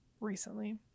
recently